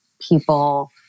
people